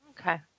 Okay